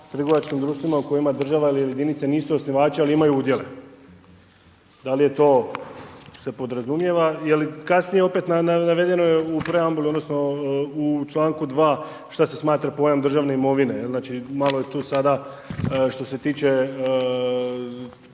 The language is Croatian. trgovačkim društvima u kojima država ili jedinice nisu osnivači, ali imaju udjele. Da li je to, se podrazumijeva, jel kasnije opet navedeno je u preambuli odnosno u čl. 2. šta se smatra pojam državne imovine. Znači, malo je tu sada što se tiče,